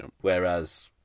Whereas